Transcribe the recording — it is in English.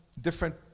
different